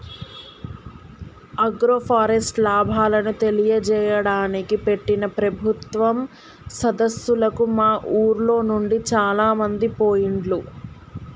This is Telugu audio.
ఆగ్రోఫారెస్ట్ లాభాలను తెలియజేయడానికి పెట్టిన ప్రభుత్వం సదస్సులకు మా ఉర్లోనుండి చాలామంది పోయిండ్లు